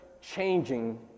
changing